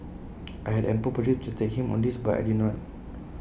I had ample opportunity to attack him on this but I did not